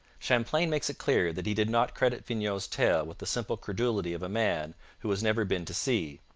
champlain makes it clear that he did not credit vignau's tale with the simple credulity of a man who has never been to sea.